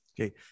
Okay